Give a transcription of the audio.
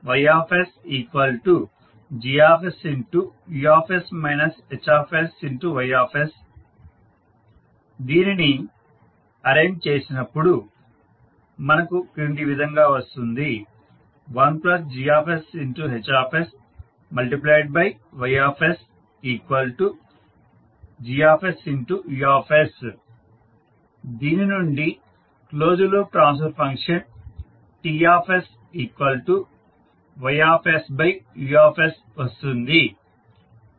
Ys GsUs HsYs దీనిని arrange చేసినప్పుడు మనకు క్రింది విధంగా వస్తుంది 1 GsHsYs GsU దీని నుండి closed loop transfer function T Y U వస్తుంది